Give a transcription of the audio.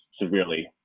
severely